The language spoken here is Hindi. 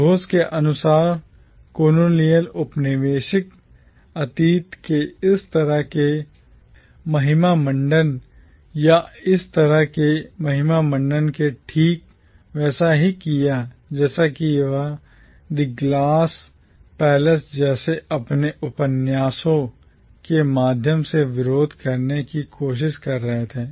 घोष के अनुसारcolonial औपनिवेशिक अतीत के इस तरह के महिमामंडन या इस तरह के महिमामंडन ने ठीक वैसा ही किया जैसा कि वह The Glass Palace the Glass Palace जैसे अपने उपन्यासों के माध्यम से विरोध करने की कोशिश कर रहे थे